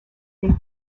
des